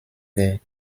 der